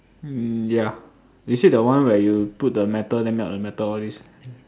mm ya is it the one where you put the metal then melt the metal all this